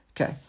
Okay